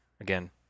again